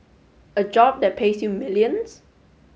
a job that pays you millions